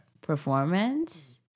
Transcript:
performance